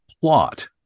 plot